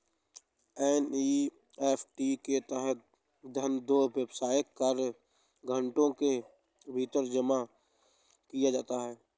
NEFT के तहत धन दो व्यावसायिक कार्य घंटों के भीतर जमा किया जाता है